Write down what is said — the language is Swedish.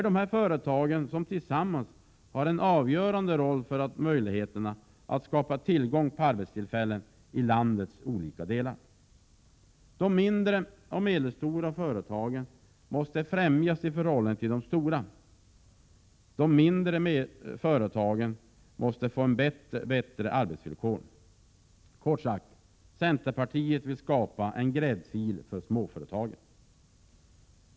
Dessa företag tillsammans har en avgörande roll för möjligheterna att skapa tillgång på arbetstillfällen i landets olika delar. De mindre och medelstora företagen måste främjas i förhållande till de stora. De mindre företagen måste få bättre arbetsvillkor. Kort sagt: centern vill skapa en gräddfil för småföretagen.